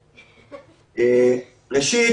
ראשית,